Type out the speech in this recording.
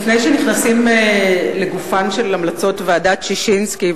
לפני שנכנסים לגופן של המלצות ועדת-ששינסקי,